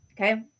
Okay